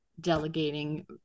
delegating